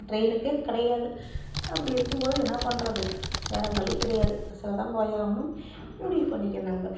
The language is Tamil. இப்போ டிரெயினுக்கே கிடையாது அப்படி இருக்கும்போது என்ன பண்ணுறது வேறு வழி கிடையாது பஸ்ஸில் தான் போயாவணும் முடிவு பண்ணிக்க நம்ப